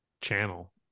channel